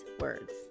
words